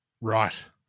Right